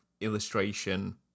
illustration